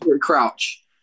Crouch